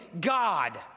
God